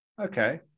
Okay